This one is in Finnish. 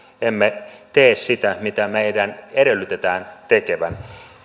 emme tee sitä mitä meidän edellytetään tekevän